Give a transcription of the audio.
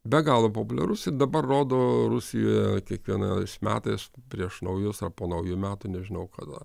be galo populiarus ir dabar rodo rusijoje kiekvienais metais prieš naujus ar po naujųjų metų nežinau kada